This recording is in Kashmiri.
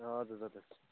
اَدٕ حَظ اَدٕ حَظ